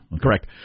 Correct